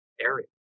area